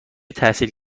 تحصیل